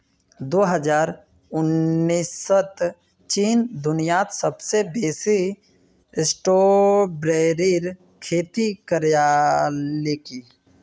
दो हजार उन्नीसत चीन दुनियात सबसे बेसी स्ट्रॉबेरीर खेती करयालकी